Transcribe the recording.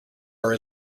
are